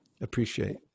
appreciate